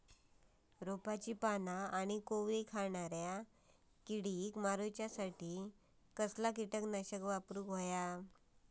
रोपाची पाना आनी कोवरी खाणाऱ्या किडीक मारूच्या खाती कसला किटकनाशक वापरावे?